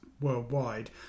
worldwide